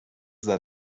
that